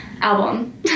album